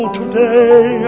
today